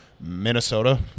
minnesota